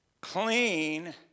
Clean